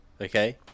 okay